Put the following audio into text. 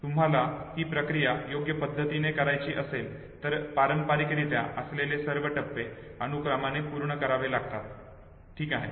तुम्हाला ही प्रक्रिया योग्य पद्धतीने पूर्ण करायची असेल तर पारंपारिकरित्या असलेले सर्व टप्पे अनुक्रमाने पूर्ण करावे लागतात ठीक आहे